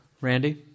Randy